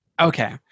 okay